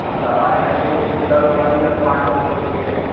हाँ तो हमारे यहाँ दो दस वाली और पाँच वाली टोकरी है